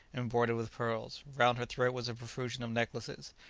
embroidered with pearls round her throat was a profusion of necklaces,